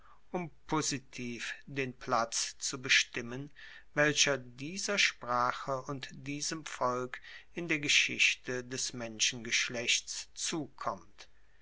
um positiv den platz zu bestimmen welcher dieser sprache und diesem volk in der geschichte des menschengeschlechts zukommt